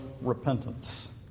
repentance